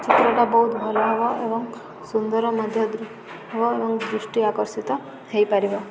ଚିତ୍ରଟା ବହୁତ ଭଲ ହବ ଏବଂ ସୁନ୍ଦର ମଧ୍ୟ ହବ ଏବଂ ଦୃଷ୍ଟି ଆକର୍ଷିତ ହେଇପାରିବ